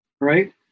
Right